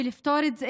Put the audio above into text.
ולפתור את זה,